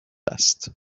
است